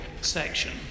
section